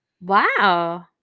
Wow